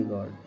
God